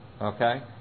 Okay